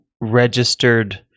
registered